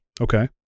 Okay